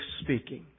speaking